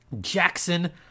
Jackson